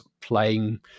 playing